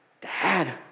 Dad